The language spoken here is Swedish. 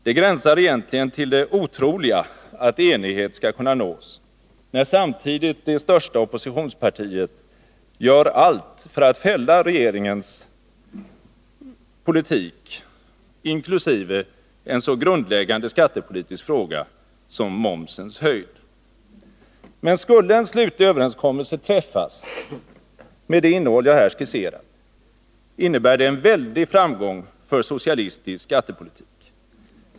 Det gränsar egentligen till det otroliga att enighet skall kunna nås, när samtidigt det största oppositionspartiet gör allt för att fälla regeringen på den ekonomiska politiken, inkl. en så grundläggande skattepolitisk fråga som momsens höjd. Men skulle en slutlig överenskommelse träffas med det innehåll jag här skisserat, innebär det en väldig framgång för socialistisk skattepolitik.